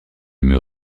mur